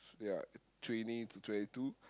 ya twenty to twenty two